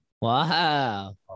Wow